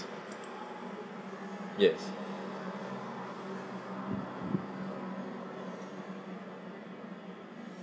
yes